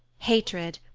hatred,